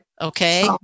Okay